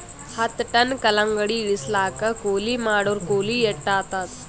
ಹತ್ತ ಟನ್ ಕಲ್ಲಂಗಡಿ ಇಳಿಸಲಾಕ ಕೂಲಿ ಮಾಡೊರ ಕೂಲಿ ಎಷ್ಟಾತಾದ?